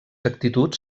actituds